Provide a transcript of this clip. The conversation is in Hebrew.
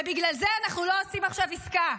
ובגלל זה אנחנו לא עושים עכשיו עסקה.